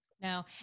No